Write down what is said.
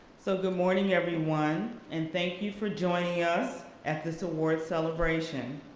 so good morning everyone and thank you for joining us at this award celebration.